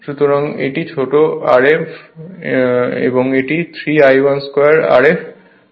সুতরাং এটি ছোট rf এবং এটি 3 I1 2 Rf